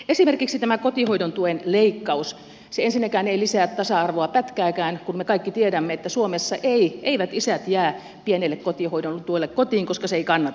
esimerkiksi tämä kotihoidon tuen leikkaus ensinnäkään ei lisää tasa arvoa pätkääkään kun me kaikki tiedämme että suomessa eivät isät jää pienelle kotihoidon tuelle kotiin koska se ei kannata